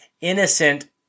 innocent